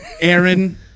Aaron